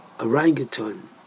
orangutan